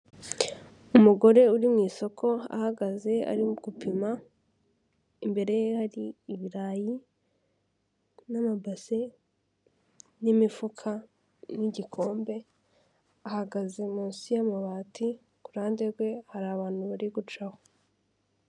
Umugore uri mu isoko ahagaze arimo gupima imbere ye hari ibirayi n'amabase, n'imifuka, n'igikombe, ahagaze munsi y'amabati k'uruhande rwe hari abantu bari gucaho.